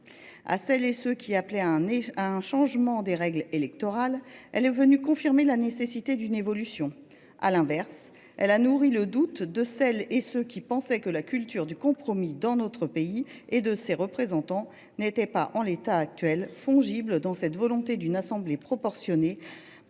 À celles et à ceux qui appelaient à un changement des règles électorales, elle est venue confirmer la nécessité d’une évolution. À l’inverse, elle a nourri le doute chez celles et ceux qui pensaient que la culture du compromis dans notre pays – et chez ses représentants – n’était pas, en l’état actuel, fongible dans cette volonté d’une Assemblée nationale